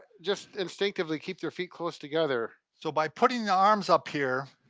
just instinctively keep their feet close together. so by putting the arms up here,